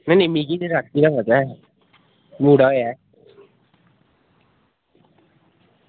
नेईं नेईं मिगी ते रातीं दा पता ऐ मुड़ा होआ ऐ